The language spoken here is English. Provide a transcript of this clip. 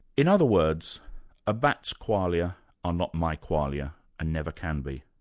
in other words a bat's qualia are not my qualia and never can be.